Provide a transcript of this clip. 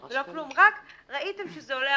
ברשותכם, אני רק רוצה לפתוח ולומר את הדברים